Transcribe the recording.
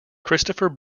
christopher